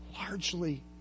Largely